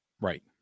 Right